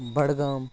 Budgam